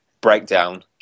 breakdown